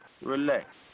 relax